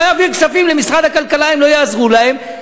אעביר כספים למשרד הכלכלה אם לא יעזרו להם.